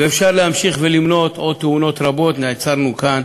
ואפשר להמשיך למנות עוד תאונות רבות, נעצרנו כאן,